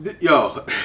yo